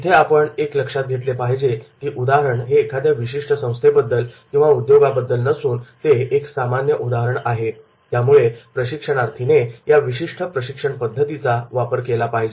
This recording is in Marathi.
इथे आपण एक लक्षात घेतले पाहिजे की उदाहरण हे एखाद्या विशिष्ट संस्थेबद्दल किंवा उद्योगाबद्दल नसून ते एक सामान्य उदाहरण आहे त्यामुळे प्रशिक्षणार्थीने या विशिष्ट पद्धतीचा वापर केला पाहिजे